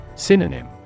Synonym